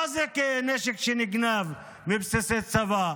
מה זה נשק שנגנב מבסיסי צבא?